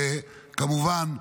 וכמובן,